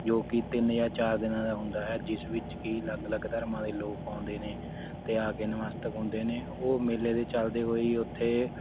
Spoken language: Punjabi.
ਜੋ ਕਿ ਤਿੰਨ ਜਾਂ ਚਾਰ ਦਿਨਾਂ ਦਾ ਹੁੰਦਾ ਹੈ ਜਿਸ ਵਿੱਚ ਕਿ ਅਲੱਗ ਅਲੱਗ ਧਰਮਾਂ ਦੇ ਲੋਕ ਆਉਂਦੇ ਨੇ ਅਤੇ ਆ ਕੇ ਨਮਸਤਕ ਹੁੰਦੇ ਨੇ ਉਹ ਮੇਲੇ ਦੇ ਚਲਦੇ ਹੋਏ ਹੀ ਉੱਥੇ